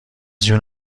جون